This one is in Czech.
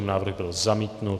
Návrh byl zamítnut.